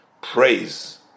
praise